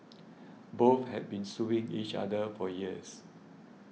both had been suing each other for years